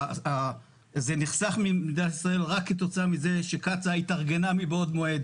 זה נחסך ממדינת ישראל רק כתוצאה מזה שקצא"א התארגנה מבעוד מועד,